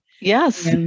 Yes